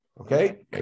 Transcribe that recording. Okay